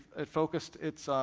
it focused its